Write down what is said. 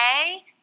okay